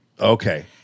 Okay